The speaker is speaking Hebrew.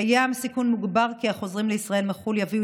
קיים סיכון מוגבר כי החוזרים לישראל מחו"ל יביאו